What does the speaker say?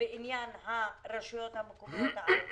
בעניין הרשויות המקומיות הערביות?